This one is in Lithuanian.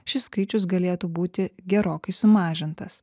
šis skaičius galėtų būti gerokai sumažintas